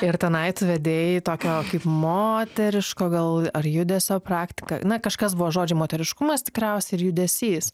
ir tenai tu vedei tokio kaip moteriško gal ar judesio praktiką na kažkas buvo žodžiai moteriškumas tikriausiai ir judesys